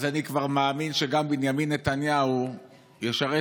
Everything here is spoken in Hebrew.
אז אני כבר מאמין שגם בנימין נתניהו ישרת